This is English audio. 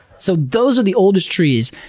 so those are the oldest trees.